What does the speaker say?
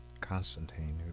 Constantine